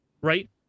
right